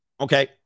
Okay